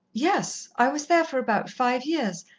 yes, i was there for about five years,